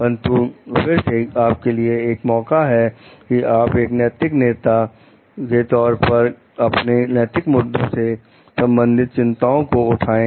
परंतु फिर से आपके लिए एक मौका है कि आप एक नैतिक नेता के तौर पर अपने नैतिक मुद्दों से संबंधित चिंताओं को उठाएं